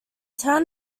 town